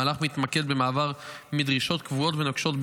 המהלך מתמקד במעבר מדרישות קבועות ונוקשות,